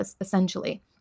essentially